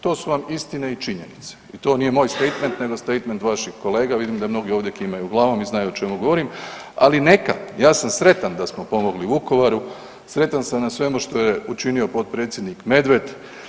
To su vam istine i činjenice i to nije moj statement nego statement vaših kolega, vidim da mnogi ovdje kimaju glavom i znaju o čemu govorim, ali neka ja sam sretan da smo pomogli Vukovaru, sretan sam na svemu što je učinio potpredsjednik Medved.